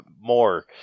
more